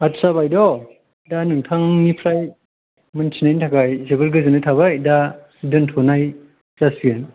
आदसा बाइद' दा नोंथांनिफ्राय मोनथिनायनि थाखाय जोबोर गोजोननाय थाबाय दा दोनथ'नाय जासिगोन